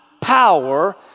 power